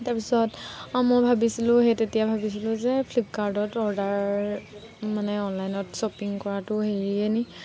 তাৰ পিছত মই ভাবিছিলোঁ সেই তেতিয়া ভাবিছিলোঁ যে ফ্লিপকাৰ্টত অৰ্ডাৰ মানে অনলাইনত শ্বপিং কৰাটো হেৰিয়ে নেকি